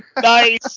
Nice